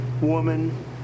woman